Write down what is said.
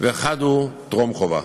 ואחד הוא טרום-חובה.